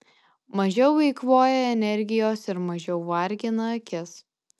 mažiau eikvoja energijos ir mažiau vargina akis